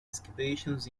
excavations